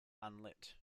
unlit